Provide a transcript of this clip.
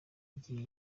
igihe